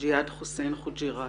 ג'יהאד חוסין חוג'יראת